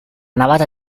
navata